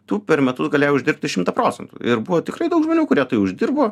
tu per metus galėjai uždirbti šimtą procentų ir buvo tikrai daug žmonių kurie tai uždirbo